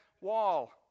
wall